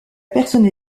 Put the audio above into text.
personne